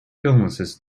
illnesses